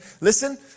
listen